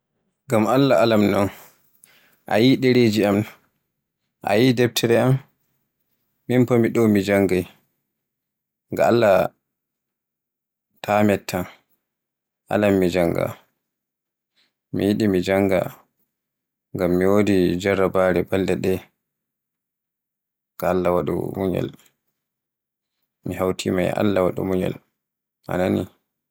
Gam Alla Alam non, a yi'i ɗereji am, a yi'i deftere am, min fa miɗo mi janngay ga Alla ta mettan, Alan mi jannga. Mi yiɗi mi jannga, ngam mi wodi jarrabare balɗe ɗe, ga Alla waɗu munyal, mi hawtima e Alla waɗu munyal a nani.